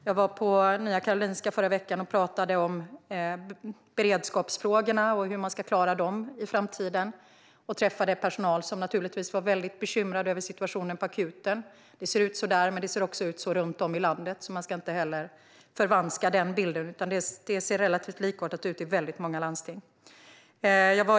Jag var på Nya Karolinska förra veckan och diskuterade hur man ska klara beredskapsfrågorna i framtiden. Då träffade jag personal som var väldigt bekymrad över situationen på akuten. Så ser det ut runt om i landet, så man ska inte förvanska den bilden. Det ser relativt likartat ut i många landsting.